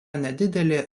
nedidelė